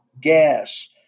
gas